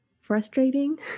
frustrating